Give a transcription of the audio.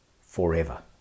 forever